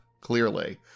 clearly